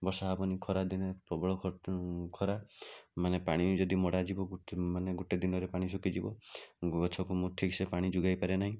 ବର୍ଷା ହେବନି ଖରାଦିନେ ପ୍ରବଳ ଖରା ମାନେ ପାଣି ବି ଯଦି ମଡ଼ାଯିବ ଗୋଟେ ମାନେ ଗୋଟେ ଦିନରେ ପାଣି ଶୁଖିଯିବ ଗଛକୁ ମୁଁ ଠିକ୍ ସେ ପାଣି ଯୋଗାଇ ପାରେ ନାହିଁ